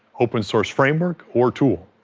open source framework or tool.